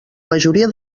majoria